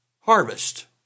harvest